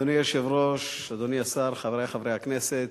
אדוני היושב-ראש, אדוני השר, חברי חברי הכנסת,